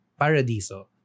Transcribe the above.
Paradiso